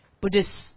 Buddhist